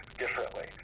differently